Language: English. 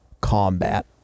combat